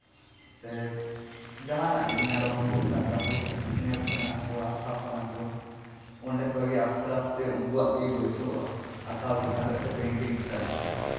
ᱥᱮ ᱡᱟᱦᱟᱱᱟᱜ ᱜᱮ ᱢᱮᱨᱚᱢ ᱦᱳᱠ ᱰᱟᱝᱨᱟ ᱦᱳᱠ ᱧᱮᱞ ᱥᱟᱱᱟ ᱠᱚᱣᱟ ᱟᱸᱠᱟᱣ ᱥᱟᱱᱟ ᱠᱚᱣᱟ ᱚᱸᱰᱮ ᱠᱷᱚᱡ ᱜᱮ ᱟᱥᱛᱮ ᱟᱥᱛᱮ ᱩᱱᱠᱩᱣᱟᱜ ᱛᱤ ᱵᱟᱹᱭᱥᱟᱹᱣᱚᱜᱼᱟ ᱟᱸᱠᱟᱣ ᱪᱮᱛᱟᱱ ᱨᱮ ᱥᱮ ᱯᱮᱱᱴᱤᱝ ᱪᱮᱛᱟᱱ ᱨᱮ